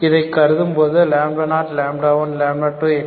இதை கருதும்போது 0 1 2